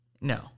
No